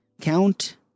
count